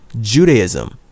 Judaism